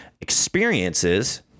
experiences